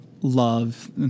love